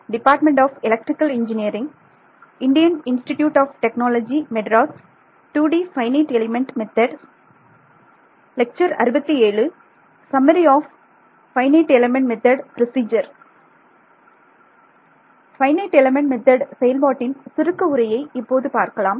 FEM செயல்பாட்டின் சுருக்க உரையை இப்போது பார்க்கலாம்